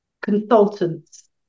consultants